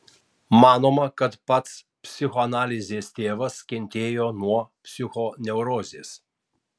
manoma kad pats psichoanalizės tėvas kentėjo nuo psichoneurozės